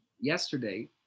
yesterday